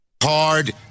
hard